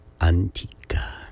Antica